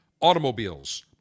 Automobiles